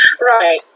Right